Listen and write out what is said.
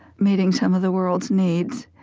meeting some of the world's needs.